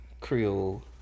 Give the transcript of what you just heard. Creole